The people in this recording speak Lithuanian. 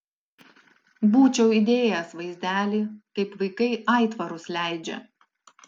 būčiau įdėjęs vaizdelį kaip vaikai aitvarus leidžia